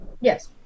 yes